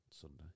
Sunday